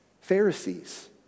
Pharisees